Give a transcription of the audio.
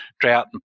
drought